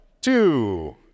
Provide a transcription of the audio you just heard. two